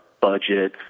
budget